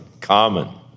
common